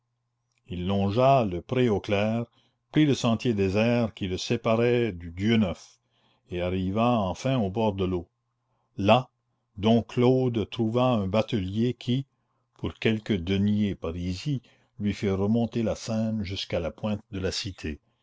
il longea le pré aux clercs prit le sentier désert qui le séparait du dieu neuf et arriva enfin au bord de l'eau là dom claude trouva un batelier qui pour quelques deniers parisis lui fit remonter la seine jusqu'à la pointe de la cité